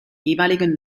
jeweiligen